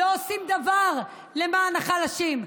לא עושים דבר למען החלשים.